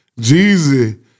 Jeezy